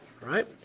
right